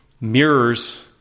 mirrors